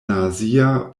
nazia